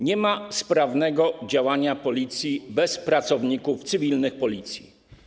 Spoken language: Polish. Nie ma sprawnego działania Policji bez pracowników cywilnych Policji.